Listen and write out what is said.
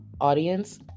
audience